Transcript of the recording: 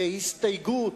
בהסתייגות,